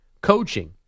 Coaching